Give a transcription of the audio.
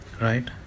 right